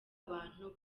bantu